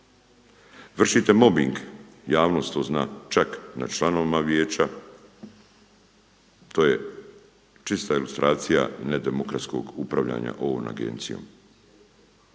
Vršite mobbing javnost to zna čak nad članovima Vijeća. To je čista ilustracija nedemokratskog upravljanja ovom agencijom.